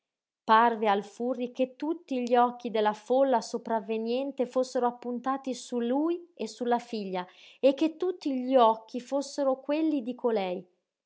parve al furri che tutti gli occhi della folla sopravveniente fossero appuntati su lui e sulla figlia e che tutti gli occhi fossero quelli di colei